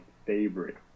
favorite